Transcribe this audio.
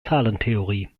zahlentheorie